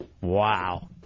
Wow